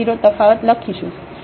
તફાવત લખીશું